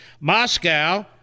Moscow